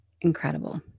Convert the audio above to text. incredible